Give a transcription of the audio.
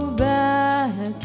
back